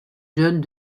jeunes